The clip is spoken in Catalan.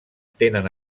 tenen